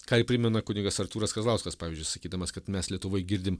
ką ir primena kunigas artūras kazlauskas pavyzdžiui sakydamas kad mes lietuvoj girdim